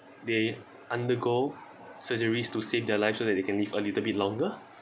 they undergo surgeries to save their life so that they can live a little bit longer